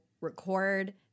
record